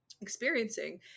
experiencing